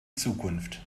zukunft